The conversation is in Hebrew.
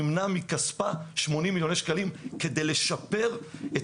מימנה מכספה 80 מיליוני שקלים כדי לשפר את